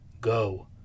Go